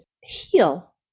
heal